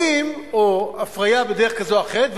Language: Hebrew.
או הפריה בדרך כזאת או אחרת,